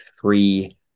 free